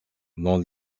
dans